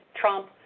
Trump